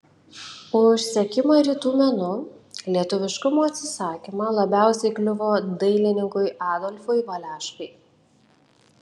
už sekimą rytų menu lietuviškumo atsisakymą labiausiai kliuvo dailininkui adolfui valeškai